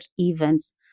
events